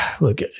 Look